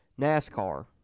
NASCAR